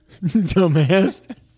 Dumbass